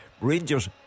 Rangers